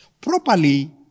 Properly